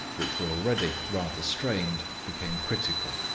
which were already rather strained, became critical,